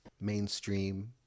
mainstream